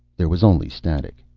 there was only static.